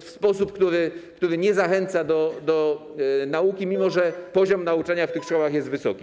w sposób, który nie zachęca do nauki, mimo że poziom nauczania w tych szkołach jest wysoki.